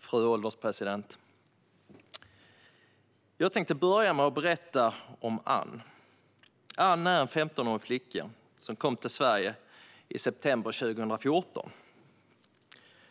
Fru ålderspresident! Jag tänkte börja med att berätta om Ann. Ann är en 15-årig flicka som kom till Sverige i september 2014.